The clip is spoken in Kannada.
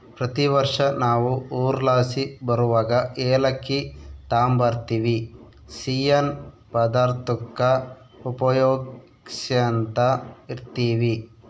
ಪ್ರತಿ ವರ್ಷ ನಾವು ಊರ್ಲಾಸಿ ಬರುವಗ ಏಲಕ್ಕಿ ತಾಂಬರ್ತಿವಿ, ಸಿಯ್ಯನ್ ಪದಾರ್ತುಕ್ಕ ಉಪಯೋಗ್ಸ್ಯಂತ ಇರ್ತೀವಿ